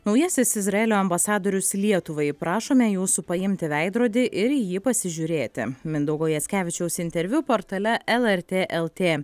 naujasis izraelio ambasadorius lietuvai prašome jūsų paimti veidrodį ir į jį pasižiūrėti mindaugo jackevičiaus interviu portale lrt lt